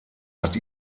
hat